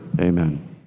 Amen